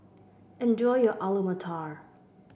enjoy your Alu Matar